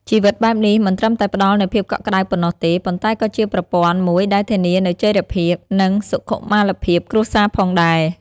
ជីវិតបែបនេះមិនត្រឹមតែផ្ដល់នូវភាពកក់ក្ដៅប៉ុណ្ណោះទេ ប៉ុន្តែក៏ជាប្រព័ន្ធមួយដែលធានានូវចីរភាព និងសុខុមាលភាពគ្រួសារផងដែរ។